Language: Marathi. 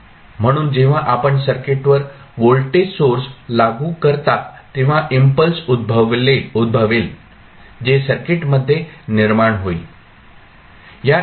म्हणून जेव्हा आपण सर्किटवर व्होल्टेज सोर्स लागू करता तेव्हा इम्पल्स उद्भवेल जे सर्किटमध्ये निर्माण होईल